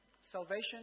Salvation